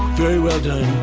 very well done.